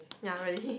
ya really